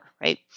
right